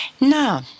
Now